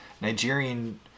Nigerian